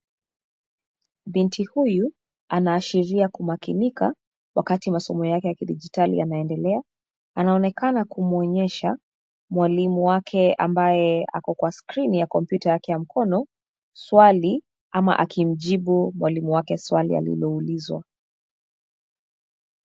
Binti huyu anaashiria kumakinika wakati masomo yake ya kidijitali yanaendelea, anaonekana kumwonyesha mwalimu wake ambaye ako kwa skrini ya kompyuta yake ya mkono swali ama akimjibu mwalimu wake swali aliloulizwa.